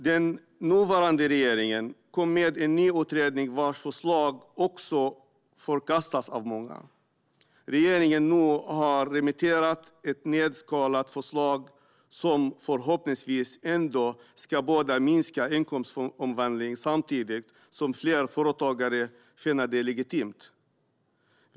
Den nuvarande regeringen kom med en ny utredning vars förslag också har förkastats av många. Regeringen har nu remitterat ett nedskalat förslag som förhoppningsvis ändå ska minska inkomstomvandling samtidigt som fler företagare finner det legitimt.